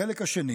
החלק השני